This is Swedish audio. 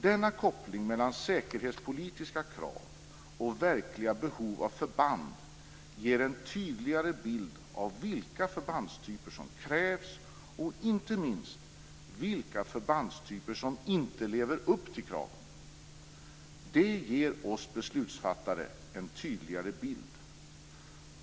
Denna koppling mellan säkerhetspolitiska krav och verkliga behov av förband ger en tydligare bild av vilka förbandstyper som krävs och inte minst vilka förbandstyper som inte lever upp till kraven. Det ger oss beslutsfattare en tydligare bild.